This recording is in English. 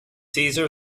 caesar